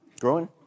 growing